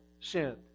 sinned